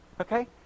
Okay